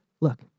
Look